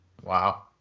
Wow